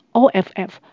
off